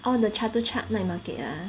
orh the chatuchak night market ah